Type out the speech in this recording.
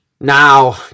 now